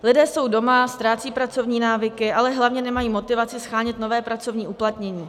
Lidé jsou doma, ztrácejí pracovní návyky, ale hlavně nemají motivaci shánět nové pracovní uplatnění.